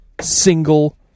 single